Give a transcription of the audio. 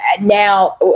now